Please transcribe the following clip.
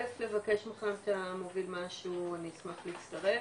קודם כל אם אתה מוביל משהו אני אשמח להצטרף,